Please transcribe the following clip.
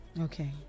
Okay